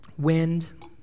wind